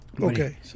Okay